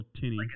tinny